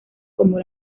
como